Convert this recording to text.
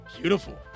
Beautiful